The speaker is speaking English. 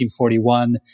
1941